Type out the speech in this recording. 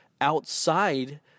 outside